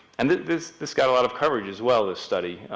and this this got a lot of coverage as well, this study,